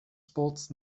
sports